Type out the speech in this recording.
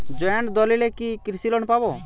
Joint দলিলে কি কৃষি লোন পাব?